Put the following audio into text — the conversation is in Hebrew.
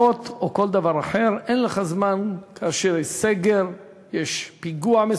אז אל תשמיץ את קק"ל, אל תשמיץ את קק"ל.